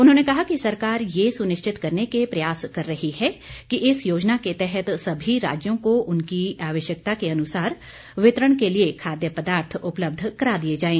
उन्होंने कहा कि सरकार यह सुनिश्चित करने के प्रयास कर रही है कि इस योजना के तहत सभी राज्यों को उनकी आवश्यकता के अनुसार वितरण के लिए खाद्य पदार्थ उपलब्ध करा दिये जाएं